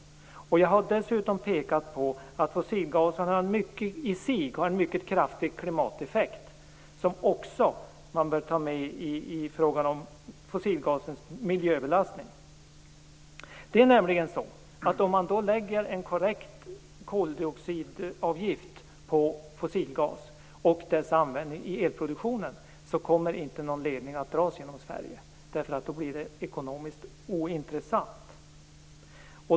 Jag har dessutom pekat på att fossilgasen i sig har en mycket kraftig klimateffekt, vilket också bör tas med i frågan om fossilgasens miljöbelastning. Det är nämligen så att om man lägger en korrekt koldioxidavgift på fossilgas och dess användning i elproduktionen, kommer ingen ledning att dras genom Sverige därför att det då blir ekonomiskt ointressant.